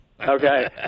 Okay